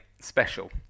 special